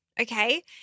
okay